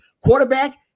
quarterback